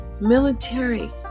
Military